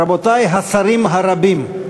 רבותי השרים הרבים,